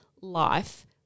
life